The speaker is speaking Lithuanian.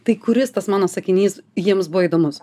tai kuris tas mano sakinys jiems buvo įdomus